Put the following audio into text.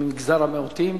ממגזר המיעוטים,